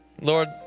Lord